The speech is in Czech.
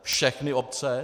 Všechny obce?